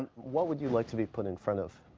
and what would you like to be put in front of?